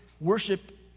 worship